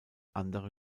andere